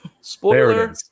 Spoiler